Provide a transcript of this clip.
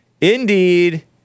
Indeed